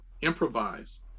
improvise